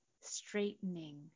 straightening